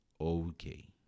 Okay